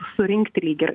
surinkti lyg ir